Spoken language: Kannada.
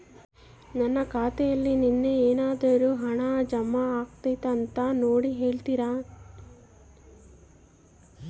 ನನ್ನ ಖಾತೆಯಲ್ಲಿ ನಿನ್ನೆ ಏನಾದರೂ ಹಣ ಜಮಾ ಆಗೈತಾ ಅಂತ ನೋಡಿ ಹೇಳ್ತೇರಾ?